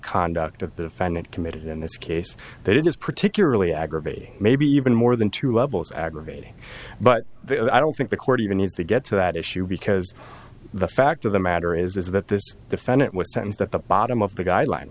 conduct of the defendant committed in this case that it is particularly aggravating maybe even more than two levels aggravating but i don't think the court even needs to get to that issue because the fact of the matter is that this defendant was tense at the bottom of the guideline